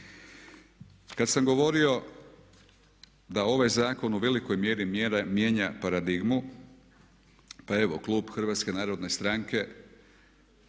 Kad sam govorio da ovaj zakon u velikoj mjeri mijenja paradigmu pa evo Klub HNS-a da li je